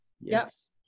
Yes